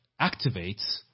activates